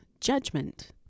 judgment